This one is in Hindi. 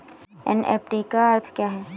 एन.ई.एफ.टी का अर्थ क्या है?